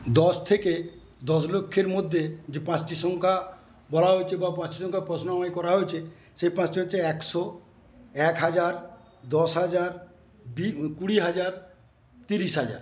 দশ থেকে দশ লক্ষের মধ্যে যে পাঁচটি সংখ্যা বলা হচ্ছে বা পাঁচটি সংখ্যার প্রশ্ন আমায় করা হয়েছে সেই পাঁচটি হচ্ছে একশো এক হাজার দশ হাজার বি কুড়ি হাজার তিরিশ হাজার